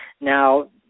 now